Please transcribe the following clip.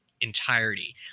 entirety